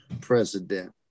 president